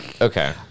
Okay